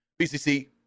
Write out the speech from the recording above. BCC